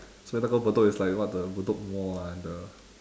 so when I go bedok it's like what the bedok mall ah and the